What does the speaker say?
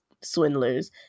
swindlers